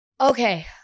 Okay